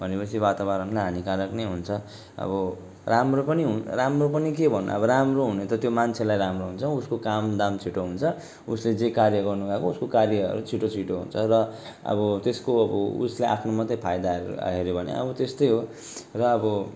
भने पछि वातावरणलाई हानिकारक नै हुन्छ अब राम्रो पनि हु राम्रो पनि के भन्नु अब राम्रो हुने त त्यो मान्छेलाई राम्रो हुन्छ उसको काम दाम छिटो हुन्छ उसले जे कार्य गर्नु अब उसको कार्यहरू छिटो छिटो हुन्छ र अब त्यसको अब उसलाई आफ्नो मात्रै फाइदा हेर्यो हेर्यो भने अब त्यस्तै हो र अब